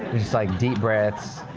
just like, deep breaths.